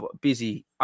Busy